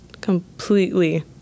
completely